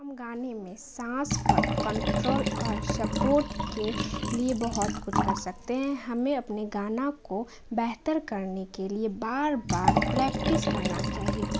گانے میں سانس پر کنٹرول اور سپورٹ کے لیے بہت کچھ کر سکتے ہیں ہمیں اپنے گانا کو بہتر کرنے کے لیے بار بار پریکٹس کرنا چاہیے